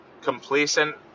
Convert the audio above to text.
complacent